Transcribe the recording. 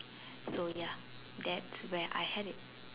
so ya that's where I had it